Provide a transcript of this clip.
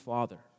Father